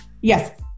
yes